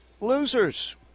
losers